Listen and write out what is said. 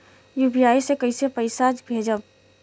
UPI से कईसे पैसा भेजब?